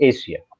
Asia